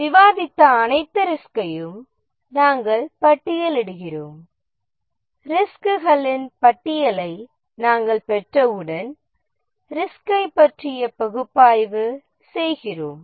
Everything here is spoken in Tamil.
விவாதித்த அனைத்து ரிஸ்க்கையும் நாம் பட்டியலிடுகிறோம் ரிஸ்குகளின் பட்டியலை நாம் பெற்றவுடன் ரிஸ்க்கை பற்றிய பகுப்பாய்வு செய்கிறோம்